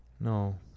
No